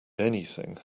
anything